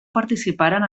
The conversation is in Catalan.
participaren